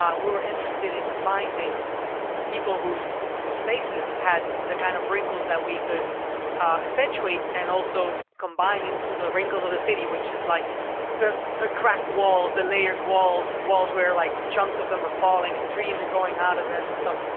um we were interested in finding people whose whose faces had the kind of wrinkles that we could accentuate and also combine into the wrinkles of the city which is like the the cracked walls, the layered walls, walls where, like, chunks of them are falling and trees are growing out of them and stuff.